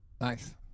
Nice